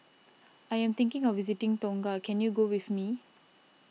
I am thinking of visiting Tonga can you go with me